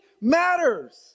matters